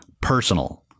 personal